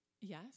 yes